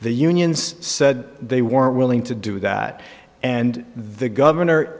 the unions said they weren't willing to do that and the governor